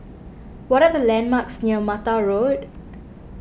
what are the landmarks near Mata Road